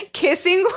kissing